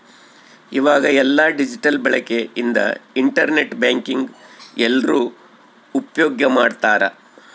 ಈವಾಗ ಎಲ್ಲ ಡಿಜಿಟಲ್ ಬಳಕೆ ಇಂದ ಇಂಟರ್ ನೆಟ್ ಬ್ಯಾಂಕಿಂಗ್ ಎಲ್ರೂ ಉಪ್ಯೋಗ್ ಮಾಡ್ತಾರ